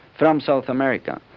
from south america.